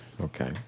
Okay